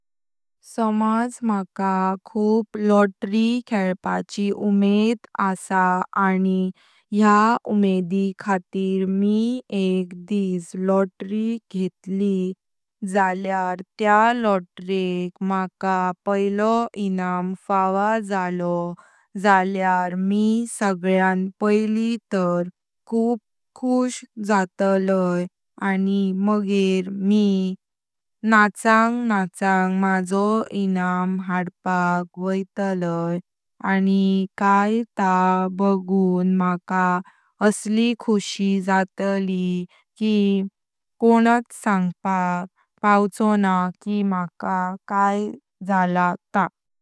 समज मका खुर्पा लॉटरी खेळपाची उमेद आसा आनी या उमेदी खातीर मी एक दिस लॉटरी घेतली। जाल्यार त्यात लॉटरीक मका पैलॊ इनाम फवलॊ जल्यार मी सगळ्यां पैलीं तर खुप खुश जटलाय। नी मगेर मी नाचन नाचन माझॊ इनाम हाडपाक वॊइटलॊ आनी कायत ते बघून मकाशी खुशी जटलय। की कोनात सांगपाक पावचॊनाय की मका काय जात तॊ।